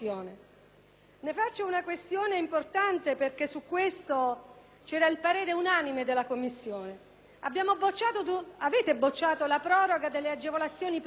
era il parere unanime della Commissione. Prima avete bocciato la proroga delle agevolazioni previdenziali e adesso abbiamo giocato al ribasso: